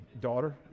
daughter